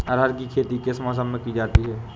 अरहर की खेती किस मौसम में की जाती है?